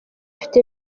ifite